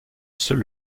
seul